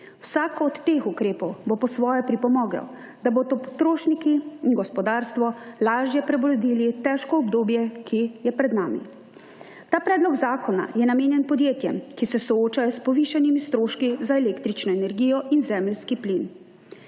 Vsako od teh ukrepov bo po svoje pripomogel, da bodo potrošniki in gospodarstvo lažje prebrodili težko obdobje, ki je pred nami. Ta predlog zakona je namenjen podjetjem, ki se soočajo s povišanimi stroški za električno energijo in zemeljski plin.